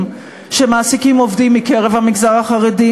שמעסיקים עובדים מקרב המגזר החרדי,